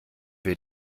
wir